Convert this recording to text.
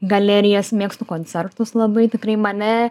galerijas mėgstu koncertus labai tikrai mane